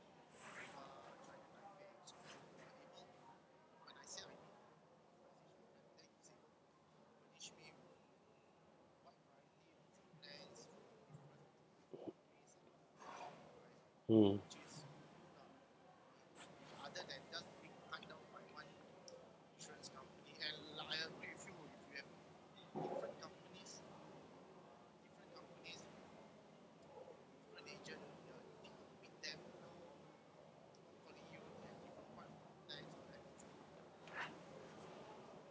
mm